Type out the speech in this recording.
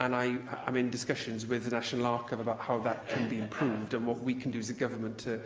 and i'm i'm in discussions with the national ah archives about how that can be improved and what we can do as a government to